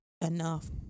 enough